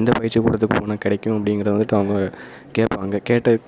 எந்த பயிற்சி கொடுத்து போனால் கிடைக்கும் அப்படிங்கறத வந்துட்டு அவங்க கேட்பாங்க கேட்டக்